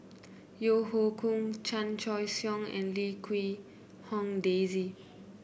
Yeo Hoe Koon Chan Choy Siong and Lim Quee Hong Daisy